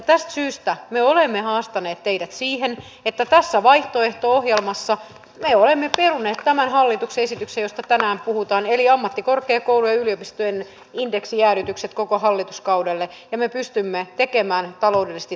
tästä syystä me olemme haastaneet teidät niin että tässä vaihtoehto ohjelmassa me olemme peruneet tämän hallituksen esityksen josta tänään puhutaan eli ammattikorkeakoulujen ja yliopistojen indeksijäädytykset koko hallituskaudelle ja me pystymme tekemään taloudellisesti tasapainotetun esityksen